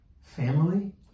Family